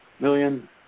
million